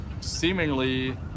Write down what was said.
Seemingly